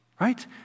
right